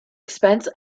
expense